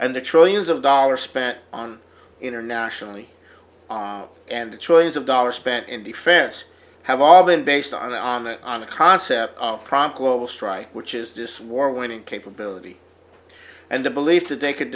and the trillions of dollars spent on internationally and the choice of dollars spent in defense have all been based on the on the on the concept of prompt will strike which is this war winning capability and the belief that they c